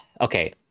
Okay